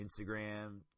Instagram